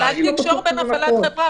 אבל אל תקשור בהפעלת חברה.